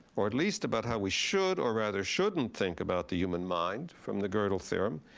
or at least about how we should or rather shouldn't think about the human mind from the godel theorem,